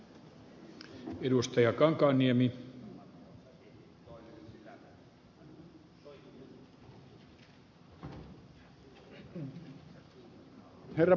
herra puhemies